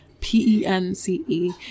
P-E-N-C-E